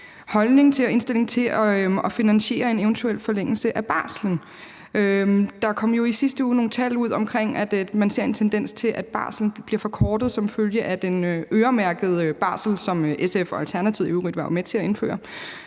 holdning til og indstilling til at finansiere en eventuel forlængelse af barslen. Der kom jo i sidste uge nogle tal ud omkring, at man ser en tendens til, at barslen bliver forkortet som følge af den øremærkede barsel, som SF og Alternativet i øvrigt var med til at indføre.